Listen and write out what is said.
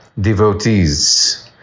Devotees